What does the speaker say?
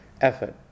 effort